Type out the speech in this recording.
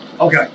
Okay